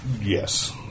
Yes